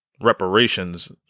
reparations